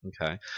Okay